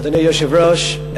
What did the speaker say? אדוני היושב-ראש,